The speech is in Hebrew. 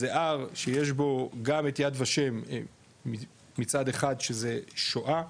זה הר שיש בו גם את יד ושם מצד אחד שזה שואה,